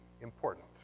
important